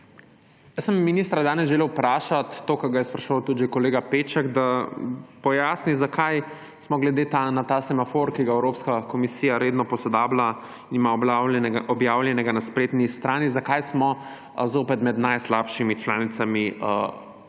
pomena. Ministra sem danes želel vprašati to, kar ga je spraševal tudi že kolega Peček, da pojasni, zakaj smo glede na ta semafor, ki ga Evropska komisija redno posodablja ima objavljenega na spletni strani, zakaj smo zopet med najslabšimi članicami glede